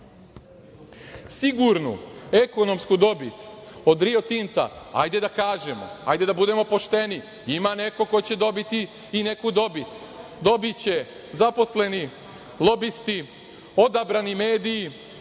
ljudi. Sigurnu ekonomsku dobit od Rio Tinta, ajde da kažemo, ajde da budemo pošteni ima neko ko će dobiti i neku dobit, dobiće zaposleni, lobisti, odabrani mediji,